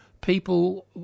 people